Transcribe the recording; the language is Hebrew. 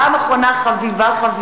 פעם אחרונה וחביבה-חביבה,